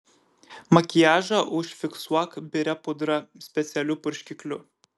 makiažą užfiksuok biria pudra specialiu purškikliu